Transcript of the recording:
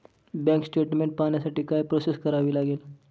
Bank statement पाहण्यासाठी काय process करावी लागेल?